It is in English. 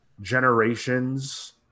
generations